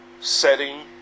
setting